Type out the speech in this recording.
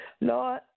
Lord